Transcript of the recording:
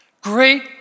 Great